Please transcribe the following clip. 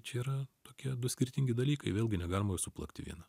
čia yra tokie du skirtingi dalykai vėlgi negalima suplakt į vieną